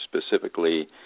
specifically